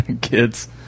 kids